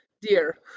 dear